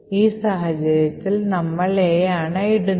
ഈ സാഹചര്യത്തിൽ നമ്മൾ A ആണ് ഇടുന്നത്